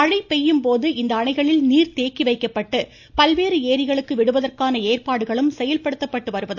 மழை பெய்யும் போது இந்த அணைகளில் நீர் தேக்கி வைக்கப்பட்டு பல்வேறு ஏரிகளுக்கு விடுவதற்கான ஏற்பாடுகளும் செயல்படுத்தப்பட்டு வருவதாக குறிப்பிட்டார்